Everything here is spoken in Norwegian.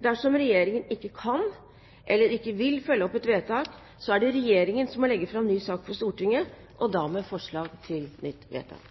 Dersom Regjeringen ikke kan – eller ikke vil – følge opp et vedtak, er det Regjeringen som må legge fram ny sak for Stortinget, og da med forslag til nytt vedtak.